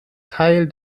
teil